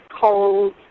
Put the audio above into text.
cold